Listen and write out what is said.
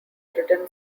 written